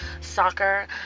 soccer